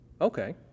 Okay